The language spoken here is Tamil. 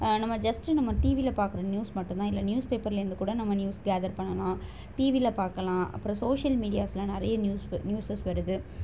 நம்ம ஜஸ்ட்டு நம்ம டிவியில பார்க்குற நியூஸ் மட்டுந்தான் இல்லை நியூஸ் பேப்பர்லேருந்து கூட நம்ம நியூஸ் கேதர் பண்ணலாம் டிவியில பார்க்கலாம் அப்புறம் சோஷியல் மீடியாஸ்ல நிறைய நியூஸ் நியூஸஸ் வருது